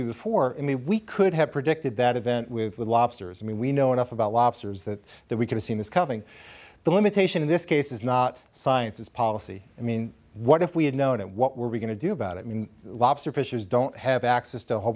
you before in may we could have predicted that event with lobsters i mean we know enough about lobsters that that we could've seen this coming the limitation in this case is not science it's policy i mean what if we had known it what were we going to do about it i mean lobster fishers don't have access to a whole